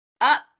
Up